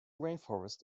rainforest